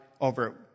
over